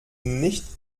nicht